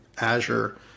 Azure